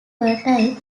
fertile